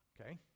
Okay